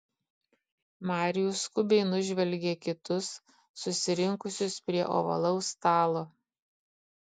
marijus skubiai nužvelgė kitus susirinkusius prie ovalaus stalo